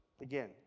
again